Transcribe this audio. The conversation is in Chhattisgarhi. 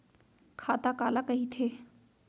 खाता काला कहिथे?